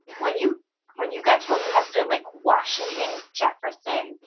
when you when you get to a president like washington, jefferson,